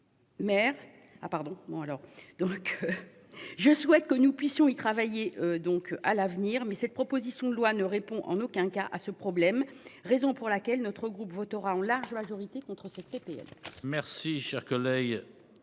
Je souhaite que nous puissions y travailler donc à l'avenir. Mais cette proposition de loi ne répond en aucun cas à ce problème. Raison pour laquelle notre groupe votera en large majorité contre cet été.